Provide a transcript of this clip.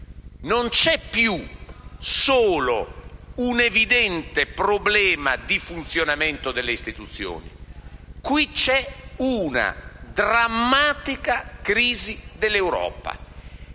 non c'è più solo un evidente problema di funzionamento delle istituzioni. Qui c'è una drammatica crisi dell'Europa;